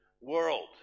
world